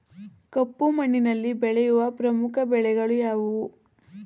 ಕಪ್ಪು ಮಣ್ಣಿನಲ್ಲಿ ಬೆಳೆಯುವ ಪ್ರಮುಖ ಬೆಳೆಗಳು ಯಾವುವು?